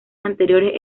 anteriores